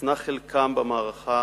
הוצנע חלקם במערכה